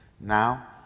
now